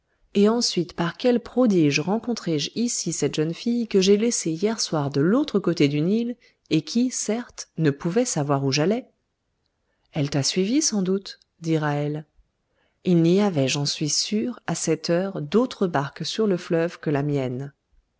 et ensuite par quel prodige rencontré je ici cette jeune fille que j'ai laissée hier soir de l'autre côté du nil et qui certes ne pouvait savoir où j'allais elle t'a suivi sans doute dit ra'hel il n'y avait j'en suis sûr à cette heure d'autre barque sur le fleuve que la mienne